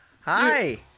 Hi